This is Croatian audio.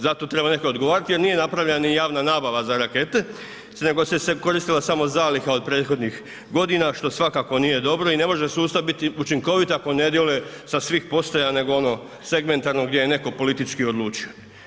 Za to treba netko odgovarati jer nije napravljena ni javna nabava za rakete nego se koristila samo zaliha od prethodnih godina što svakako nije dobro i ne može sustav biti učinkovit ako ne djeluje sa svih postaja nego segmentarno gdje je neko politički odlučio.